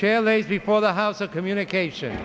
chair lazy for the house of communication